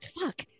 fuck